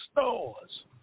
stores